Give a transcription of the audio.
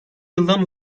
yıldan